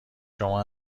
شما